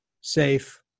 safe